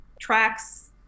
tracks